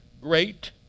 great